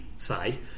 Say